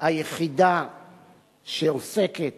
היחידה שעוסקת